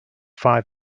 five